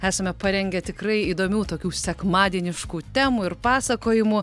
esame parengę tikrai įdomių tokių sekmadieniškų temų ir pasakojimų